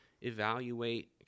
evaluate